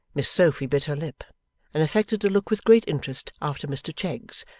miss sophy bit her lip and affected to look with great interest after mr cheggs,